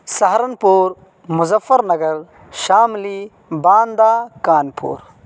Saharanpur Muzaffar Nagar Shamli Banda Kanpur